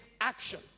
action